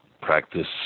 practice